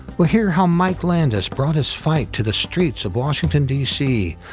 we'll hear how mike landis brought his fight to the streets of washington d c.